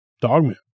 dogman